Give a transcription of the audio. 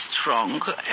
strong